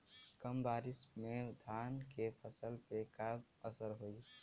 कम बारिश में धान के फसल पे का असर होई?